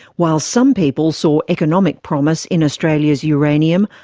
while some people saw economic promise in australia's uranium,